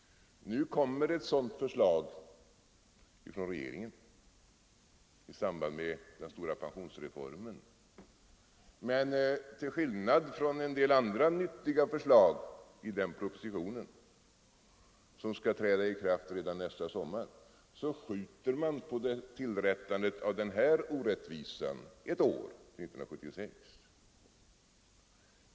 Nu kommer det förslag på denna punkt från regeringen i samband med den stora pensionsreformen. Men till skillnad från en del andra viktiga förslag i propositionen, som skall träda i kraft redan nästa sommar, skjuter man på tillrättandet av denna orättvisa ett år, till 1976.